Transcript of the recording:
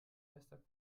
bester